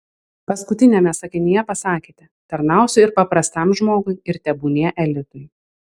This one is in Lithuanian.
paskutiniame sakinyje pasakėte tarnausiu ir paprastam žmogui ir tebūnie elitui